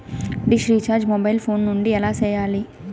dish recharge mobile phone నుండి ఎలా సేయాలి